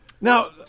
Now